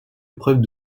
épreuves